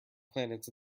planets